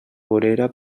vorera